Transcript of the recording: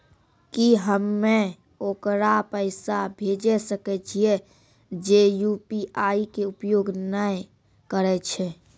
की हम्मय ओकरा पैसा भेजै सकय छियै जे यु.पी.आई के उपयोग नए करे छै?